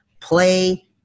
play